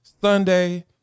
sunday